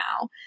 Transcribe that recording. now